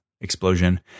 explosion